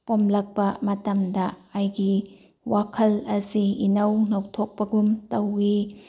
ꯄꯣꯝꯂꯛꯄ ꯃꯇꯝꯗ ꯑꯩꯒꯤ ꯋꯥꯈꯜ ꯑꯁꯤ ꯏꯅꯧ ꯅꯧꯊꯣꯛꯄꯒꯨꯝ ꯇꯧꯏ